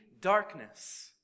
darkness